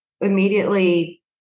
immediately